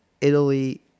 Italy